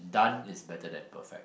done is better than perfect